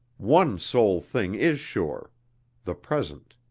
one sole thing is sure the present.